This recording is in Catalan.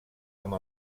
amb